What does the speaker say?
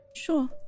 Sure